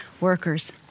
workers